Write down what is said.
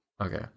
Okay